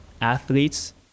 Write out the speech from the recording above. Athletes